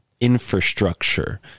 infrastructure